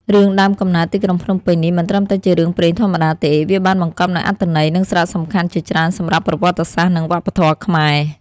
រឿង "ដើមកំណើតទីក្រុងភ្នំពេញ" នេះមិនត្រឹមតែជារឿងព្រេងធម្មតាទេ វាបានបង្កប់នូវអត្ថន័យ និងសារៈសំខាន់ជាច្រើនសម្រាប់ប្រវត្តិសាស្ត្រ និងវប្បធម៌ខ្មែរ។